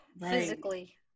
physically